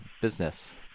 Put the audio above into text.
business